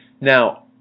Now